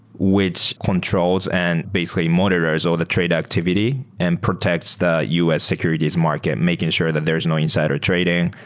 which controls and basically monitors all of the trade activity and protects the u s. securities market. making sure that there is no insider-trading.